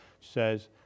says